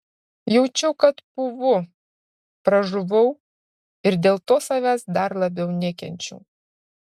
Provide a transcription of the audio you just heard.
jaučiau kad pūvu pražuvau ir dėl to savęs dar labiau nekenčiau